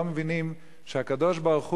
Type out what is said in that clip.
לא מבינים שהקדוש-ברוך-הוא,